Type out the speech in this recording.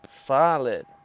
Solid